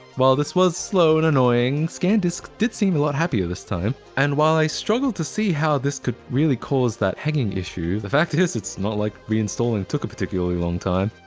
while this was slow any and annoying, scandisk did seem a lot happier this time. and while i struggled to see how this could really cause that hanging issue, the fact is it's not like reinstalling took a particularly long time.